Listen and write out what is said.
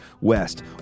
West